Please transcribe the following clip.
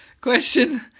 Question